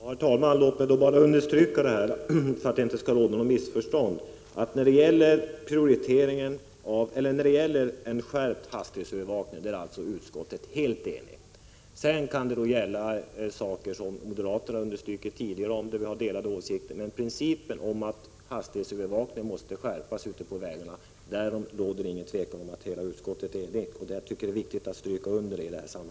Herr talman! Låt mig för att det inte skall råda några missförstånd få understryka att utskottet är helt enigt när det gäller en skärpt hastighetsövervakning. Det finns, som moderaterna tidigare understrukit, saker som vi har delade meningar om. Men det råder inget tvivel om att hela utskottet är enigt om att hasighetsövervakningen ute på vägarna måste skärpas. Detta är viktigt att understryka.